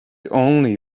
only